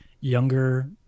younger